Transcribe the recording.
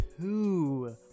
two